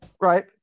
Right